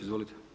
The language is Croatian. Izvolite.